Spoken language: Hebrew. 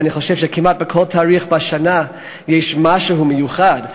ואני חושב שכמעט בכל תאריך בשנה יש משהו מיוחד.